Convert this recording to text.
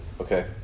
okay